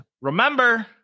Remember